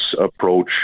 approach